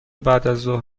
بعدازظهر